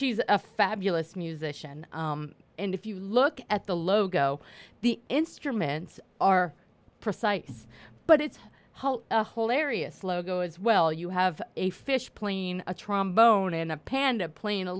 she's a fabulous musician and if you look at the logo the instruments are precise but it's a whole area slow go as well you have a fish playing a trombone and a panda playing a